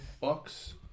Bucks